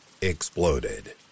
exploded